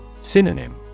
Synonym